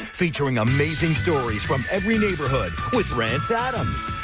featuring amazing stories from every neighborhood with rance adams.